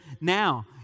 now